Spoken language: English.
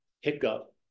hiccup